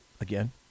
again